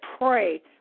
Pray